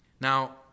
Now